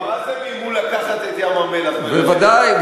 כבר אז הם איימו לקחת את ים-המלח, בוודאי.